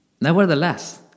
Nevertheless